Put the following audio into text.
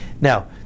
Now